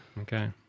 Okay